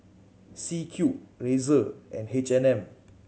C Cube Razer and H and M